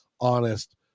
honest